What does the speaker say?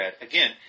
again